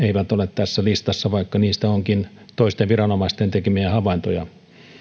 eivät ole tässä listassa vaikka niistä onkin toisten viranomaisten tekemiä havaintoja